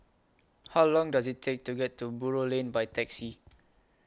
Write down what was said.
How Long Does IT Take to get to Buroh Lane By Taxi